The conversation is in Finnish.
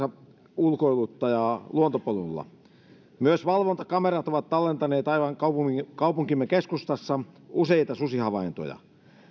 koiranulkoiluttajaa luontopolulla myös valvontakamerat ovat tallentaneet aivan kaupunkimme keskustassa useita susihavaintoja